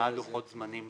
מה לוחות הזמנים?